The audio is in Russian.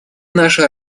наша